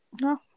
No